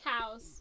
Cows